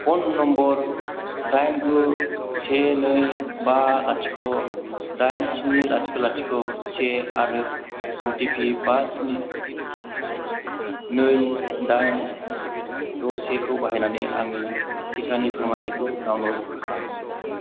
phone number दाइन गु से नै बा लाथिख' दाइन स्नि लाथिख' लाथिख' से आरो अ टि पि बा स्नि नै दाइन द सेखौ बाहायनानै आंनि टिकानि फोरमानलाइखौ डाउनल'ड खालाम